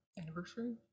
Anniversary